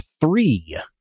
three